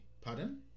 pardon